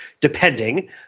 depending